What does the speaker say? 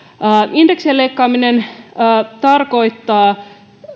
indeksien leikkaaminen tarkoittaa